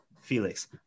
Felix